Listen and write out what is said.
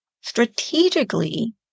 Strategically